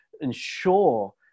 ensure